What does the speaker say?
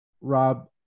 Rob